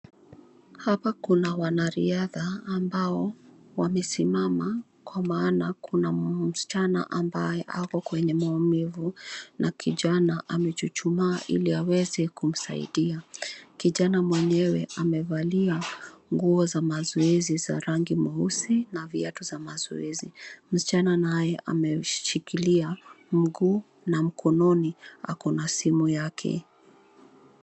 Hapa kuna wanariadha ambao wamesimama kwa maanda kuna msichana ambaye apo kwenye maumivu na kijana amechuchumaa ili aweze kumsaidia. Kijana mwenyewe amevalia nguo za mazoezi za rangi meusi na viatu za mazoezi. Msichana naye ameshikilia mguu na mkononi ako na simu yake.